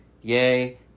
Yay